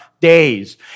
days